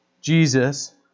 Jesus